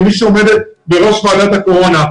כמי שעומדת בראש ועדת הקורונה,